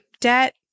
debt